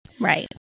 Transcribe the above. right